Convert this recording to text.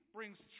brings